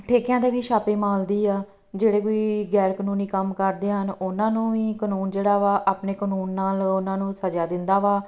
ਠੇਕਿਆਂ 'ਤੇ ਵੀ ਛਾਪੇ ਮਾਰਦੀ ਆ ਜਿਹੜੇ ਵੀ ਗੈਰ ਕਾਨੂੰਨੀ ਕੰਮ ਕਰਦੇ ਹਨ ਉਹਨਾਂ ਨੂੰ ਵੀ ਕਾਨੂੰਨ ਜਿਹੜਾ ਵਾ ਆਪਣੇ ਕਾਨੂੰਨ ਨਾਲ ਉਹਨਾਂ ਨੂੰ ਸਜਾ ਦਿੰਦਾ ਵਾ